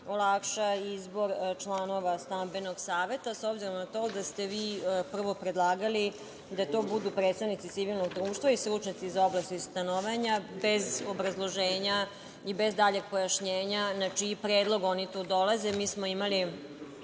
olakša izbor članova stambenog saveta, s obzirom na to da ste vi prvo predlagali da to budu predsednici civilnog društva i stručnjaci iz oblasti stanovanja bez obrazloženja i bez daljeg pojašnjenja na čini predlog oni tu dolaze. Mi smo imali